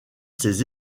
ses